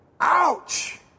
Ouch